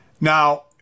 Now